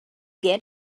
get